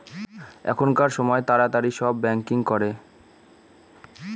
এখনকার সময় তাড়াতাড়ি সব ব্যাঙ্কিং করে